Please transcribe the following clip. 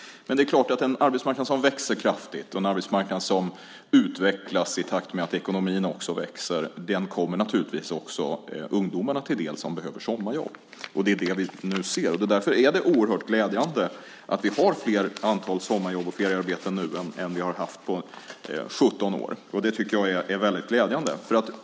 Det är klart att en arbetsmarknad som växer kraftigt och en arbetsmarknad som utvecklas i takt med att ekonomin också växer naturligtvis kommer även de ungdomar till del som behöver sommarjobb. Det är det som vi nu ser. Därför är det oerhört glädjande att vi har fler sommarjobb och feriearbeten än vi haft på 17 år.